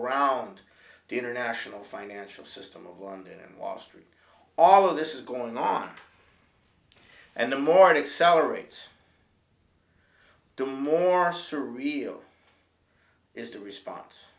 around the international financial system of london and was through all of this is going on and the morning salaries do more surreal is the response